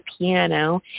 piano